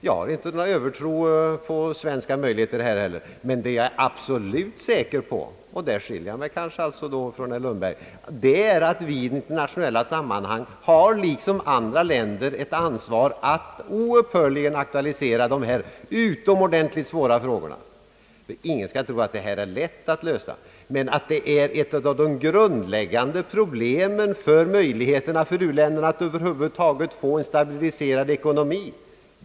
Jag hyser inte någon övertro på Sveriges möjligheter i detta avseende, men vad jag är absolut säker på är — och där skiljer jag mig kanske från herr Lundberg — att vi i internationella sammanhang liksom andra länder har ett stort ansvar att oupphörligen aktualisera denna utomordentligt svåra fråga. Ingen skall tro att den är lätt att lösa. Ait vi här har ett av de grundläggande problemen för möjligheterna för u-länderna att över huvud taget få en stabiliserad ekonomi är, herr Lundberg, absolut ofrånkomligt.